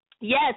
Yes